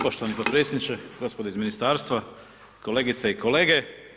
Poštovani podpredsjedniče, gospodo iz Ministarstva, kolegice i kolege.